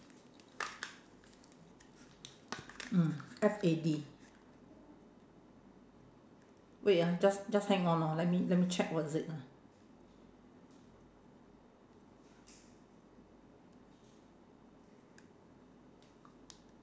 mm F A D wait ah just just hang on lor let me let me check what is it ah